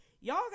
y'all